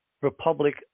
Republic